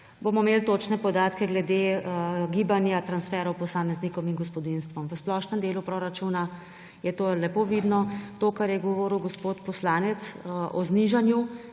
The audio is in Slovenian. bomo imeli točne podatke glede gibanja transferov posameznikom in gospodinjstvom. V splošnem delu proračuna je to lepo vidno. To, kar je govoril gospod poslanec o znižanju,